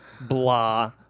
blah